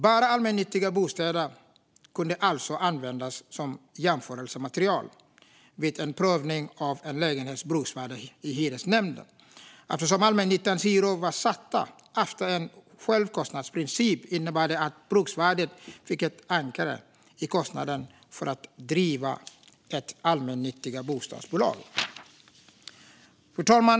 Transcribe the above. Bara allmännyttiga bostäder kunde alltså användas som jämförelsematerial vid en prövning av en lägenhets bruksvärde i hyresnämnden. Eftersom allmännyttans hyror var satta efter en självkostnadsprincip innebar det att bruksvärdet fick ett "ankare" i kostnaden för att driva ett allmännyttigt bostadsbolag. Fru talman!